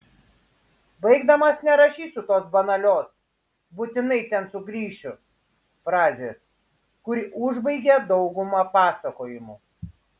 baigdamas nerašysiu tos banalios būtinai ten sugrįšiu frazės kuri užbaigia daugumą pasakojimų